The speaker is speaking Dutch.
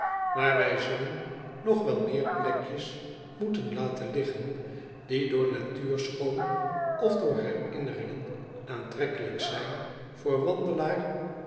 aar wij zullen nog wel meer plekjes moeten laten liggen die door natuurschoon of door herinneringen aantrekkelijk zijn voor wandelaar